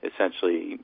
essentially